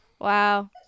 Wow